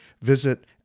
Visit